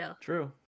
true